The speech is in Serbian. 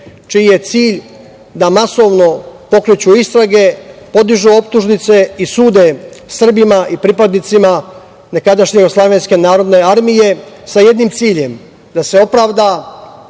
čiji je cilj da masovno pokreću istrage, podižu optužnice i sude Srbima i pripadnicima nekadašnje JNA, sa jednim ciljem, da se opravda